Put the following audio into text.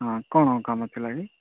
ହଁ କ'ଣ କାମ ଥିଲା କି